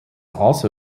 also